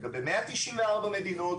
לגבי 194 מדינות,